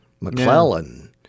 McClellan